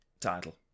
title